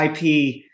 IP